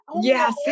Yes